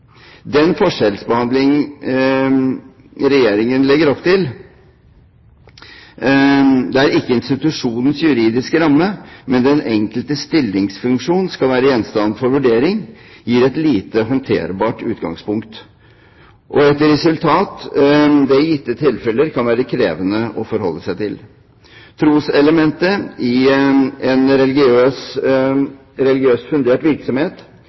Den forskjellsbehandling Regjeringen legger opp til, der ikke institusjonens juridiske ramme, men den enkeltes stillingsfunksjon skal være gjenstand for vurdering, gir et lite håndterbart utgangspunkt og et resultat det i gitte tilfeller kan være krevende å forholde seg til. Troselementet i en religiøst fundert virksomhet